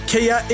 Kia